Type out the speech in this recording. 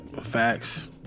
Facts